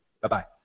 Bye-bye